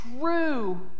true